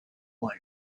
world